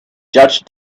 judge